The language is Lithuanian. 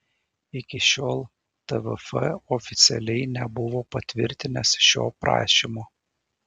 iki šiol tvf oficialiai nebuvo patvirtinęs šio prašymo